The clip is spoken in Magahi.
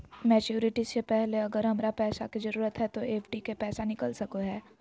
मैच्यूरिटी से पहले अगर हमरा पैसा के जरूरत है तो एफडी के पैसा निकल सको है?